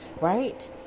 right